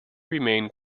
remain